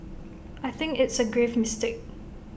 I think it's A grave mistake